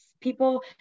people